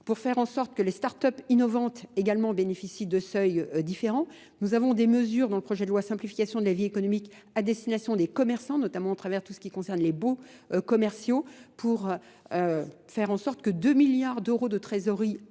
pour faire en sorte que les startups innovantes également bénéficient de seuils différents. Nous avons des mesures dans le projet de loi simplification de la vie économique à destination des commerçants, notamment en travers tout ce qui concerne les baux, commerciaux pour faire en sorte que 2 milliards d'euros de trésorerie aillent